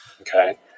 okay